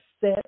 set